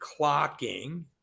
clocking